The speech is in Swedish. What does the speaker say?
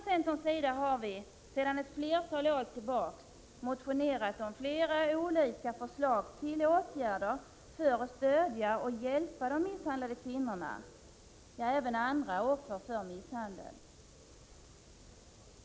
Centern har sedan ett flertal år tillbaka motionerat om många olika förslag till åtgärder för att stödja och hjälpa de misshandlade kvinnorna och andra offer för misshandel.